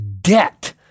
debt